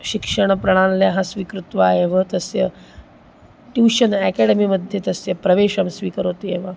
शिक्षणप्रणाल्यः स्वीकृत्य एव तस्य ट्यूशन् एकाडेमी मध्ये तस्य प्रवेशं स्वीकरोति एव